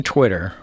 Twitter